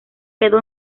quedó